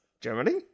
Germany